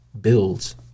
builds